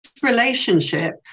relationship